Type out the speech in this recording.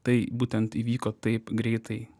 tai būtent įvyko taip greitai